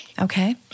Okay